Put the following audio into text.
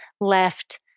left